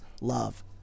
love